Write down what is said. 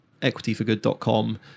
equityforgood.com